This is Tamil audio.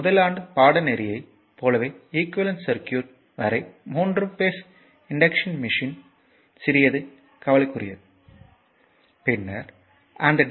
முதல் ஆண்டு பாடநெறியைப் போலவே ஈக்குவேலன்ட் சர்க்யூட் வரை மூன்று பேஸ் இண்டக்ஷன் மெஷின் இன் சிறியது கவலைக்குரியது பின்னர் அந்த டி